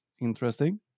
interesting